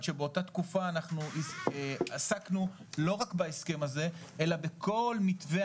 שבאותה תקופה עסקנו לא רק בהסכם הזה אלא בכל מתווה